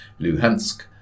Luhansk